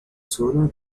zona